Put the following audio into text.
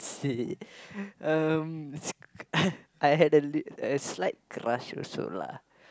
see um s~ I had a li~ a slight crush also lah